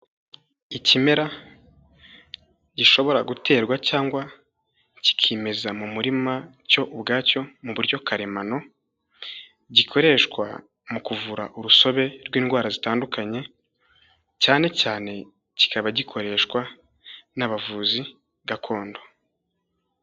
Ikimera gishobora guterwa cyangwa kikimeza mu murima cyo ubwacyo, mu buryo karemano, gikoreshwa mu kuvura urusobe rw'indwara zitandukanye, cyane cyane kikaba gikoreshwa n'abavuzi gakondo.